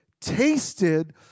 tasted